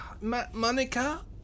Monica